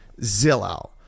Zillow